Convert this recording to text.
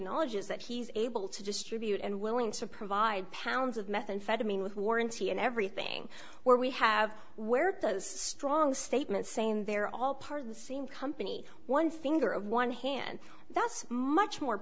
know lodges that he's able to distribute and willing to provide pounds of methamphetamine with warranty and everything where we have where those strong statements saying they're all part of the same company one finger of one hand that's much more